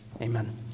amen